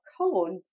codes